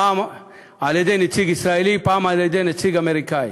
פעם על-ידי נציג ישראלי ופעם על-ידי נציג אמריקני.